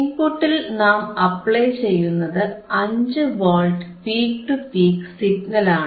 ഇൻപുട്ടിൽ നാം അപ്ലൈ ചെയ്യുന്നത് 5 വോൾട്ട് പീക് ടു പീക് സിഗ്നലാണ്